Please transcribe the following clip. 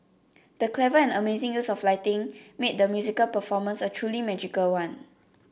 the clever and amazing use of lighting made the musical performance a truly magical one